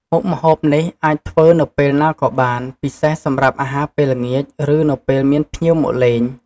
មុខម្ហូបនេះអាចធ្វើនៅពេលណាក៏បាន ពិសេសសម្រាប់អាហារពេលល្ងាច ឬនៅពេលមានភ្ញៀវមកលេង។